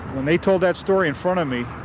when they told that story in front of me,